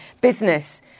business